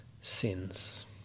sins